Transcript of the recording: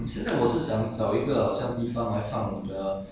uh 因为 ya loh 因为我的房间很小 mah